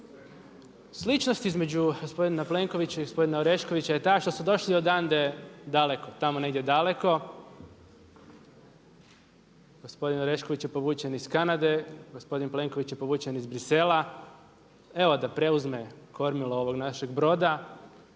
Sličnost između gospodin Plenkovića i gospodina Oreškovića je ta što su došli odande daleko, tamo negdje daleko. Gospodin Orešković je povučen iz Kanade, gospodin Plenković je povučen iz Bruxellesa evo da preuzme kormilo ovog našeg broda.